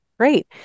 great